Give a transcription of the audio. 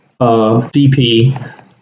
DP